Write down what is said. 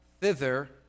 thither